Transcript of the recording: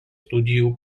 studijų